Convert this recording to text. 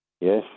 Yes